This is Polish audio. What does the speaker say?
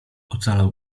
ocalał